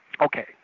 Okay